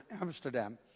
Amsterdam